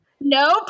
Nope